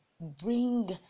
bring